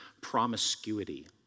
promiscuity